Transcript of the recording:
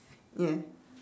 yes